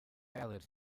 ballad